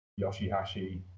Yoshihashi